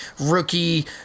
rookie